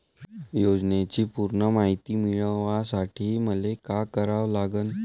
योजनेची पूर्ण मायती मिळवासाठी मले का करावं लागन?